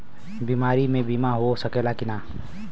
बीमारी मे बीमा हो सकेला कि ना?